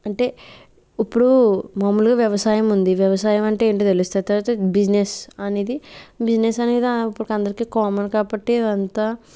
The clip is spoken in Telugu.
అంటే ఇప్పుడు మామూలుగా వ్యవసాయం ఉంది వ్యవసాయం అంటే ఏంటో తెలుస్తుంది తర్వాత బిజినెస్ అనేది బిజినెస్ అనేద ఇప్పుడు అందరికీ కామన్ కాబట్టి అంతా